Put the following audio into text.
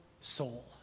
soul